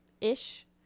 ish